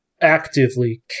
actively